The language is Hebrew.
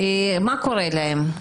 מה קורה להם?